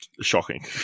shocking